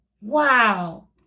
Wow